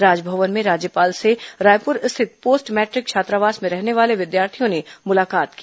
राजभवन में राज्यपाल से रायपुर स्थित पोस्ट मैट्रिक छात्रावास में रहने वाले विद्यार्थियों ने मुलाकात की